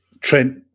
Trent